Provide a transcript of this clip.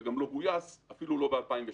וגם לא גויס אפילו לא ב-2006.